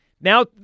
now